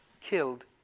killed